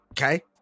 okay